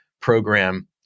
program